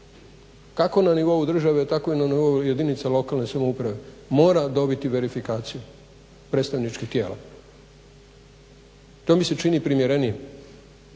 kako na nivou države tako i na nivou jedinica lokalne samouprave mora dobiti verifikaciju predstavničkih tijela. To mi se čini primjerenijim.